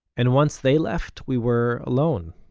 and once they left, we were alone,